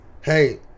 Hey